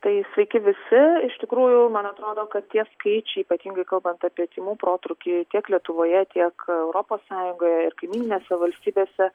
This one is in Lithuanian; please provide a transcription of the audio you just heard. tai sveiki visi iš tikrųjų man atrodo kad tie skaičiai ypatingai kalbant apie tymų protrūkį tiek lietuvoje tiek europos sąjungoje ir kaimyninėse valstybėse